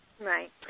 Right